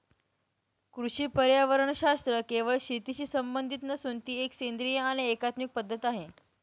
कृषी पर्यावरणशास्त्र केवळ शेतीशी संबंधित नसून ती एक सेंद्रिय आणि एकात्मिक पद्धत आहे